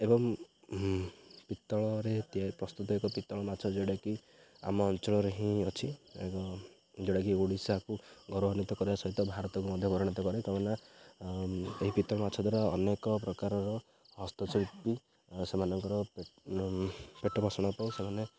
ଏବଂ ପିତ୍ତଳରେ ପ୍ରସ୍ତୁତ ଏକ ପିତ୍ତଳ ମାଛ ଯେଉଁଟାକି ଆମ ଅଞ୍ଚଳରେ ହିଁ ଅଛି ଯେଉଁଟାକି ଓଡ଼ିଶାକୁ ଗୌରବାନ୍ୱିତ କରିବା ସହିତ ଭାରତକୁ ମଧ୍ୟ ଗୌରବାନ୍ୱିତ କରେ କ'ଣ ନା ଏହି ପିତ୍ତଳ ମାଛ ଦ୍ୱାରା ଅନେକ ପ୍ରକାରର ହସ୍ତଶିଳ୍ପୀ ସେମାନଙ୍କର ପେଟ ପୋଷଣ ପାଇଁ ସେମାନେ